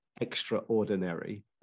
extraordinary